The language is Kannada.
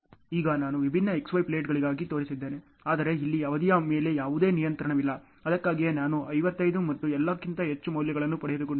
ಈಗ ನಾನು ವಿಭಿನ್ನ XY ಪ್ಲಾಟ್ಗಳಿಗಾಗಿ ತೋರಿಸಿದ್ದೇನೆ ಆದರೆ ಇಲ್ಲಿ ಅವಧಿಯ ಮೇಲೆ ಯಾವುದೇ ನಿಯಂತ್ರಣವಿಲ್ಲ ಅದಕ್ಕಾಗಿಯೇ ನಾನು 55 ಮತ್ತು ಎಲ್ಲಕ್ಕಿಂತ ಹೆಚ್ಚಿನ ಮೌಲ್ಯಗಳನ್ನು ಪಡೆದುಕೊಂಡಿದ್ದೇನೆ